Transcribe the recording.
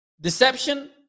deception